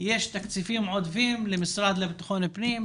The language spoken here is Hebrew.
יש תקציבים עודפים למשרד לביטחון פנים,